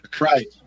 Right